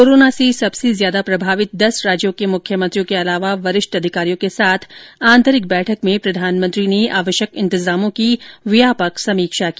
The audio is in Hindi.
कोरोना से सबसे ज्यादा प्रभावित दस राज्यों के मुख्यमंत्रियों के अलावा वरिष्ठ अधिकारियों के साथ आतंरिक बैठक में प्रधानमंत्री ने आवश्यक इंतजामों की व्यापक समीक्षा की